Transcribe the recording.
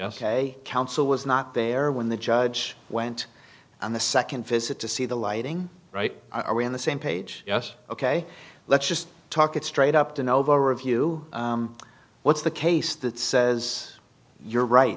ok counsel was not there when the judge went on the nd visit to see the lighting right are we on the same page yes ok let's just talk it straight up to novo review what's the case that says you're right